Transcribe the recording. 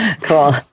Cool